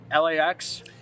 lax